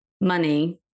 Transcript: money